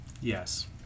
Yes